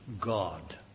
God